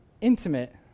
intimate